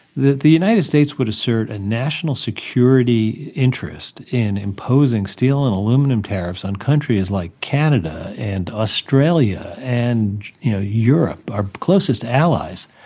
the the united states would assert a national security interest in imposing steel and aluminium tariffs and countries like canada and australia and you know europe, our closest allies.